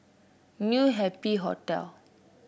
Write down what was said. New Happy Hotel